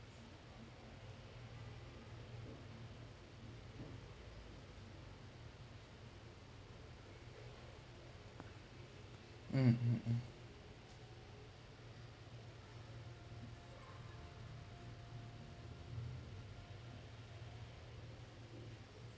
mm mm mm